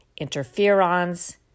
interferons